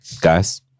guys